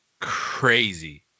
Crazy